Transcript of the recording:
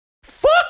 Fuck